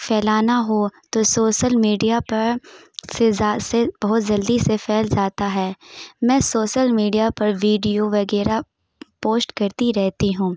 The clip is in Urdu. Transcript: پھیلانا ہو تو سوشل میڈیا پر فضا سے بہت جلدی سے پھیل جاتا ہے میں سوشل میڈیا پر ویڈیو وغیرہ پوسٹ کرتی رہتی ہوں